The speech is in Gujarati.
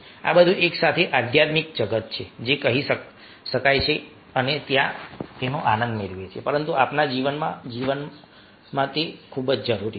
આ બધું એકસાથે આધ્યાત્મિક જગત છે જે કહી શકાય અને ત્યાં તેઓ આનંદ મેળવે છે પરંતુ આપણા માનવ જીવનમાં આ ખૂબ જ જરૂરી છે